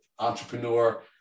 entrepreneur